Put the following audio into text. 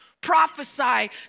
Prophesy